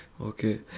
Okay